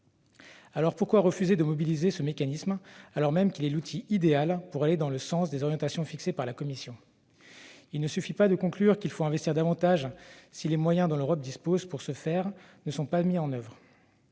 Alors, pourquoi refuser de mobiliser ce mécanisme, alors même qu'il est l'outil idéal pour aller dans le sens des orientations fixées par la Commission ? Il ne suffit pas de conclure qu'il faut investir davantage, si les moyens dont l'Europe dispose pour ce faire ne sont pas mis en oeuvre